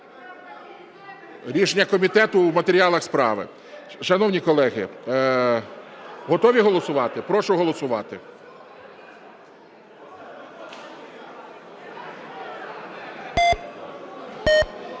Рішення комітету в матеріалах справи. Шановні колеги, готові голосувати? Прошу голосувати.